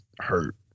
hurt